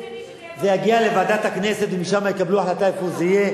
זה יגיע לוועדת הכנסת ושם יקבלו החלטה איפה זה יהיה.